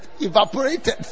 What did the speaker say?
evaporated